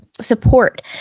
support